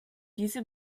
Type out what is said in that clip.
diese